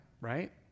right